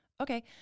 Okay